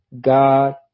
God